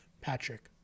Patrick